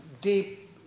deep